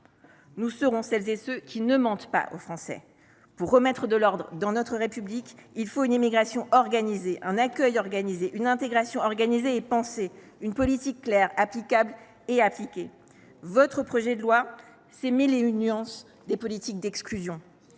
Nous serons celles et ceux qui ne mentent pas aux Français. Pour remettre de l’ordre dans notre République, il faut une immigration organisée, un accueil organisé, une intégration organisée et pensée, une politique claire, applicable et appliquée. Votre projet de loi, c’est mille et une nuances des politiques d’exclusion.